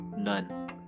none